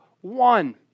one